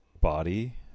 body